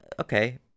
okay